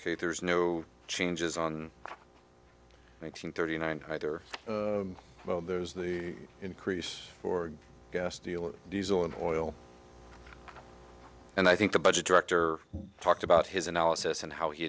ok there's no changes on nine hundred thirty nine hi there well there's the increase for gas deal diesel and oil and i think the budget director talked about his analysis and how he